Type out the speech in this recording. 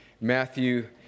Matthew